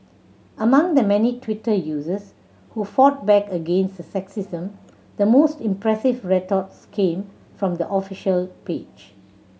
among the many Twitter users who fought back against the sexism the most impressive retorts came from the official page